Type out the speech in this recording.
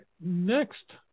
next